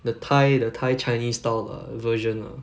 the thai the thai chinese style lah version ah